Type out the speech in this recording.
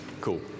cool